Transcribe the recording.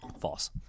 False